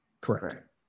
Correct